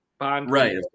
Right